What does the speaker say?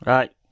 Right